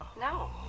No